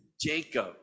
Jacob